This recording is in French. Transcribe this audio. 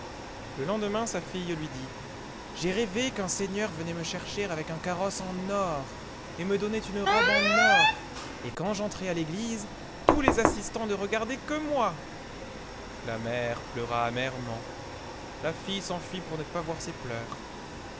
le lendemain sa fille lui dit j'ai rêvé qu'un seigneur venait me cnercher avec un carrosse en or et me donnait une robe en or et quand j'entrai à l'église tous les assistants ne regardaient que moi la mère pleura amèrement la fille s'enfuit pour ne pas voir ses pleurs